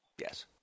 Yes